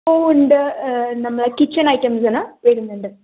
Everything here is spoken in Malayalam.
ഉണ്ട് നമ്മളെ കിച്ചൺ ഐറ്റംസിന് വരുന്നുണ്ട്